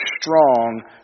strong